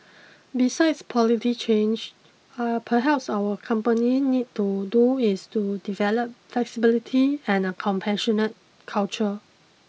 besides polity change uh perhaps our company need to do is to develop flexibility and a compassionate culture